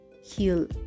heal